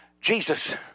Jesus